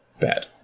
Bad